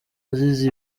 azize